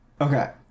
okay